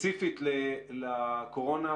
ספציפית לקורונה.